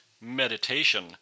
meditation